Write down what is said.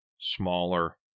smaller